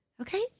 Okay